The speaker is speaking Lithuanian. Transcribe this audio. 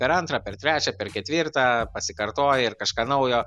per antrą per trečią per ketvirtą pasikartoji ir kažką naujo